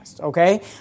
Okay